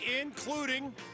including